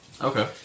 Okay